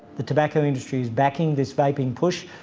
the tobacco industry is backing this vaping push.